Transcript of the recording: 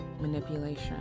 manipulation